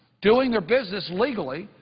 doing their business legally,